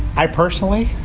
i, personally